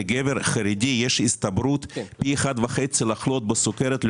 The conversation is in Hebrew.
לגבר חרדי יש הסתברות פי 1.5% לחלות בסוכרת,